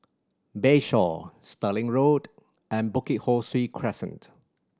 Bayshore Stirling Road and Bukit Ho Swee Crescent